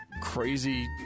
crazy